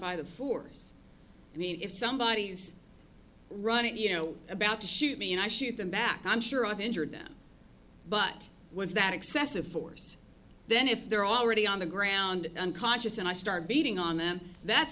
by the force i mean if somebody is running you know about to shoot me and i shoot them back i'm sure i've injured them but was that excessive force then if they're already on the ground unconscious and i start beating on them that's